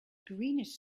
greenish